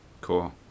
Cool